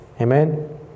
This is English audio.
Amen